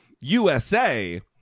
USA